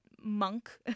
monk